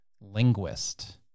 linguist